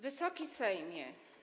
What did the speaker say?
Wysoki Sejmie!